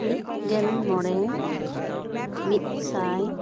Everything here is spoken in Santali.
ᱢᱤᱫ ᱜᱮᱞ ᱢᱚᱬᱮ ᱢᱤᱫ ᱥᱟᱭ